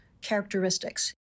characteristics